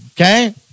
okay